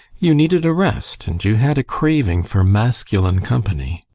you needed a rest, and you had a craving for masculine company.